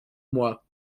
moi